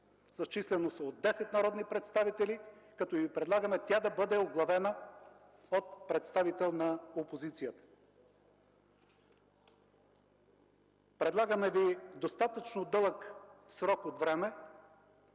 с численост от 10 народни представители, като Ви предлагаме тя да бъде оглавена от представител на опозицията. Предлагаме Ви достатъчно дълъг срок от време